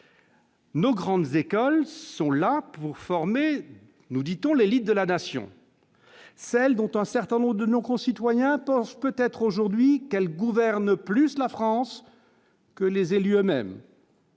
Nos grandes écoles sont là pour former, nous dit-on, l'élite de la nation, celle dont un certain nombre de nos concitoyens pensent peut-être, aujourd'hui, qu'elle gouverne plus la France. Que les élus eux-mêmes.